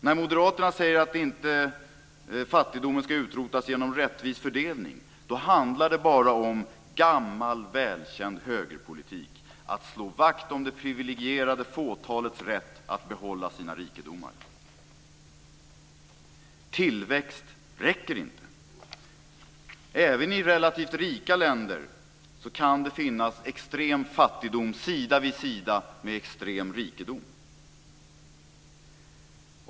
När Moderaterna säger att fattigdomen inte ska utrotas genom rättvis fördelning, då handlar det bara om gammal välkänd högerpolitik, att slå vakt om det privilegierade fåtalets rätt att behålla sina rikedomar. Tillväxt räcker inte. Även i relativt rika länder kan det finnas extrem fattigdom sida vid sida med extrem rikedom.